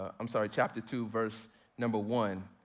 i'm sorry, chapter two, verse number one.